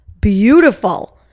beautiful